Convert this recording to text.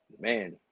man